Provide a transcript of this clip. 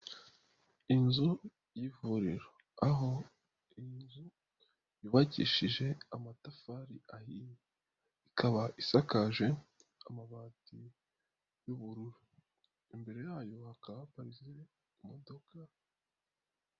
Inzu y'ivuriro aho iyi nzu yubakishije amatafari ahiye. Ikaba isakaje amabati y'ubururu. Imbere yayo hakaba haparitse imodoka.